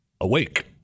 awake